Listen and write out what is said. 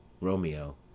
Romeo